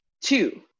Two